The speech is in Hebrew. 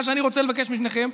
מה שאני רוצה לבקש משניכם,